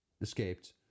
escaped